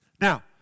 Now